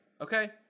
Okay